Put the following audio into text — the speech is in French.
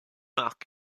parc